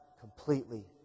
completely